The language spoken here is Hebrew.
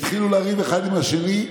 התחילו לריב אחד עם השני,